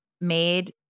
made